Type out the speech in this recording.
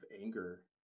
anger